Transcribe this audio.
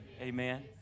Amen